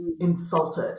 insulted